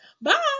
Bye